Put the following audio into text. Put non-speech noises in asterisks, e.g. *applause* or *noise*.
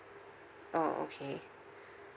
orh okay *breath*